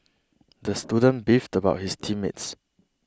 the student beefed about his team mates